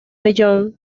beyond